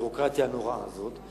בביורוקרטיה הנוראה הזאת,